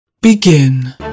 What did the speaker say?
Begin